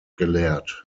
gelehrt